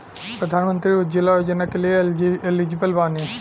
प्रधानमंत्री उज्जवला योजना के लिए एलिजिबल बानी?